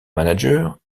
manager